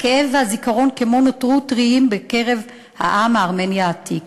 הכאב והזיכרון כמו נותרו טריים בקרב העם הארמני העתיק.